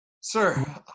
Sir